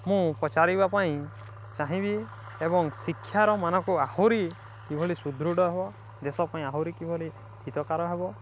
ମୁଁ ପଚାରିବା ପାଇଁ ଚାହିଁବି ଏବଂ ଶିକ୍ଷାର ମାନକୁ ଆହୁରି କିଭଳି ସୁଦୃଢ଼ ହେବ ଦେଶ ପାଇଁ ଆହୁରି କିଭଳି ହିତକାର ହେବ